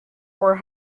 were